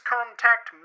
Contact